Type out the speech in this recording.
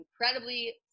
incredibly